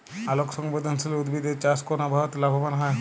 আলোক সংবেদশীল উদ্ভিদ এর চাষ কোন আবহাওয়াতে লাভবান হয়?